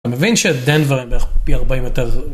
אני מבין שהדנברג בערך פי 40 יותר.